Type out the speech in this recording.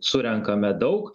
surenkame daug